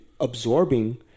absorbing